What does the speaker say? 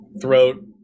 throat